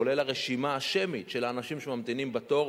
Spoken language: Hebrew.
כולל הרשימה השמית של אנשים שממתינים בתור,